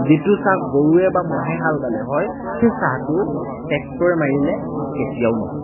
যিটো চাহ গৰুৱে বা ম'হে হাল বালে হয় সেই চাহটো ট্ৰেক্টৰে মাৰিলে কেতিয়াওঁ নহয়